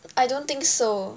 I don't think so